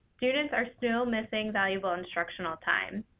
students are still missing valuable instructional time.